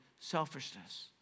selfishness